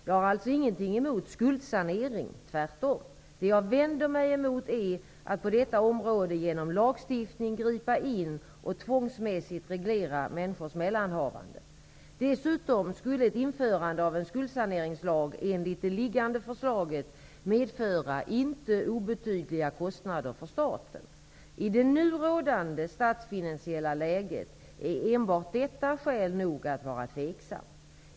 Jag har alltså ingenting emot skuldsanering, tvärtom! Det jag vänder mig emot är att på detta område genom lagstiftning gripa in och tvångsmässigt reglera människors mellanhavanden. Dessutom skulle ett införande av en skuldsaneringslag, enligt det liggande förslaget, medföra inte obetydliga kostnader för staten. I det nu rådande statsfinansiella läget är enbart detta skäl nog att vara tveksam.